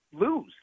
lose